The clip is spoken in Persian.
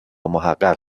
محقق